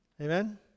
Amen